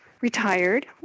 retired